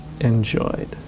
enjoyed